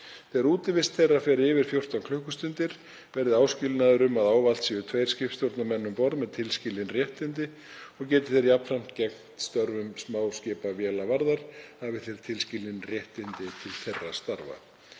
Þegar útivist þeirra fer yfir 14 klukkustundir verði áskilnaður um að ávallt séu tveir skipstjórnarmenn um borð með tilskilin réttindi og geti þeir jafnframt gegnt störfum smáskipavélavarðar hafi þeir tilskilin réttindi til þeirra starfa.